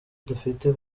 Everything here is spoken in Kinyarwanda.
dufite